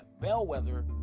bellwether